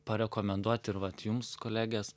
parekomenduoti ir vat jums kolegės